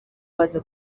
baza